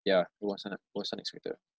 yeah it wasn't u~ it wasn't expected ah